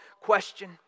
question